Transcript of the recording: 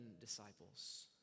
disciples